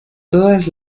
todas